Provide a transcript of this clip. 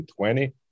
2020